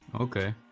Okay